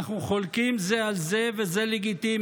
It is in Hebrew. אנחנו חולקים זה על זה, וזה לגיטימי.